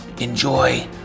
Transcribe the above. enjoy